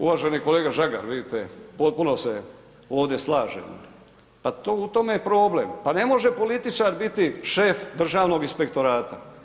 Uvaženi kolega Žagar, vidite, potpuno se ovdje slažem, pa u tome je problem, pa ne može političar biti šef Državnog inspektora.